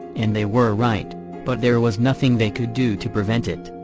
and they were right but there was nothing they could do to prevent it.